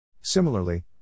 Similarly